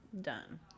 done